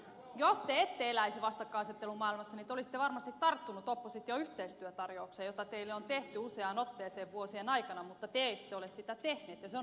jos te ette eläisi vastakkainasettelun maailmassa niin te olisitte varmasti tarttunut opposition yhteistyötarjouksiin joita teille on tehty useaan otteeseen vuosien aikana mutta te ette ole sitä tehnyt ja se on ollut teidän valintanne